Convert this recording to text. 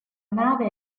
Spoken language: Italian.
nave